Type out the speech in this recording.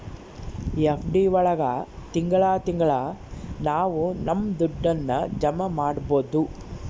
FD ಒಳಗ ತಿಂಗಳ ತಿಂಗಳಾ ನಾವು ನಮ್ ದುಡ್ಡನ್ನ ಜಮ ಮಾಡ್ಬೋದು